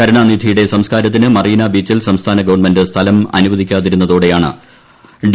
കരുണാനിധിയുടെ സംസ്കാരത്തിനു മറീനാ ബീച്ചിൽ സംസ്ഥാന ഗവൺമെന്റ് സ്ഥലം അനുവദിക്കാതിരുന്നതോടെയാണ് ഡി